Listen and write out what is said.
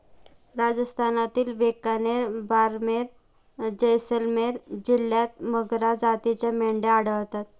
राजस्थानातील बिकानेर, बारमेर, जैसलमेर जिल्ह्यांत मगरा जातीच्या मेंढ्या आढळतात